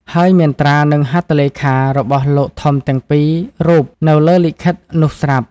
ហើយមានត្រា និង ហត្ថលេខា របស់លោកធំទាំងពីររូបនៅលើលិខិតនោះស្រាប់។